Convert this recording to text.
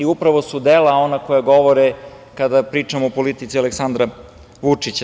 Upravo su dela ona koja govore kada pričamo o politici Aleksandra Vučića.